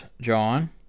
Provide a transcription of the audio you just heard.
John